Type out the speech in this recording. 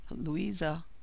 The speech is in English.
Louisa